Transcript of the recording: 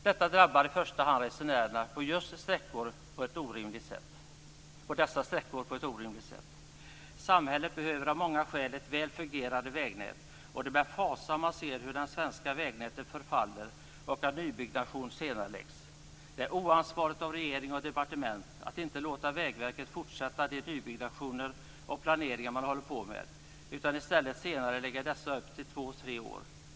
Detta drabbar i första hand resenärerna på just dessa sträckor på ett orimligt sätt. Samhället behöver av många skäl ett väl fungerande vägnät, och det är med fasa man ser hur det svenska vägnätet förfaller och att nybyggnation senareläggs. Det är oansvarigt av regering och departement att inte låta Vägverket fortsätta de nybyggnationer och planeringar man håller på med. I stället senareläggs dessa upp till två tre år.